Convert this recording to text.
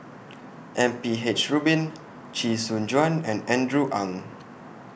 M P H Rubin Chee Soon Juan and Andrew Ang